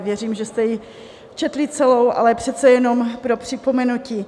Věřím, že jste ji četli celou, ale přece jenom pro připomenutí.